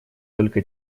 только